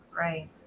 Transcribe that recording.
Right